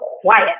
quiet